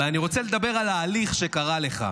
אבל אני רוצה לדבר על ההליך שקרה לך,